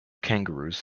kangaroos